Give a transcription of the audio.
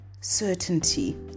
certainty